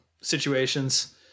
situations